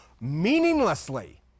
meaninglessly